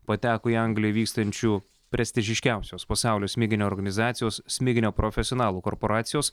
pateko į anglijoj vykstančių prestižiškiausios pasaulio smiginio organizacijos smiginio profesionalų korporacijos